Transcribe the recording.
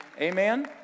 Amen